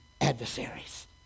adversaries